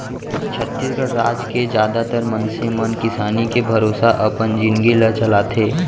छत्तीसगढ़ राज के जादातर मनसे मन किसानी के भरोसा अपन जिनगी ल चलाथे